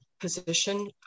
position